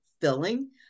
filling